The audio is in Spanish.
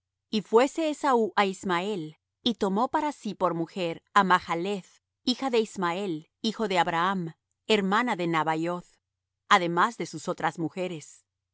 y fuése esaú á ismael y tomó para sí por mujer á mahaleth hija de ismael hijo de abraham hermana de nabaioth además de sus otras mujeres